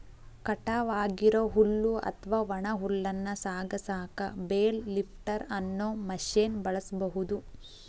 ಕಟಾವ್ ಆಗಿರೋ ಹುಲ್ಲು ಅತ್ವಾ ಒಣ ಹುಲ್ಲನ್ನ ಸಾಗಸಾಕ ಬೇಲ್ ಲಿಫ್ಟರ್ ಅನ್ನೋ ಮಷೇನ್ ಬಳಸ್ಬಹುದು